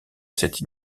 cette